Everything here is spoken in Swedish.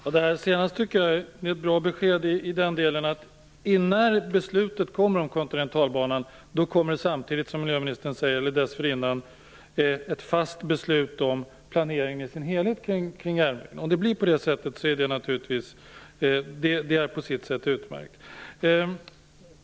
Fru talman! Det senaste tycker jag är ett bra besked i den delen att samtidigt eller innan beslutet om kontinentalbanan fattas kommer det, som miljöministern säger, ett fast beslut om planeringen i sin helhet kring järnvägen. Om det blir på det sättet är det naturligtvis på sitt sätt utmärkt.